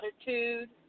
attitude